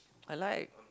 I like